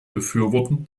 befürworten